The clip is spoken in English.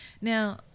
Now